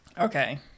Okay